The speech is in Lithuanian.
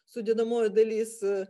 sudedamoji dalis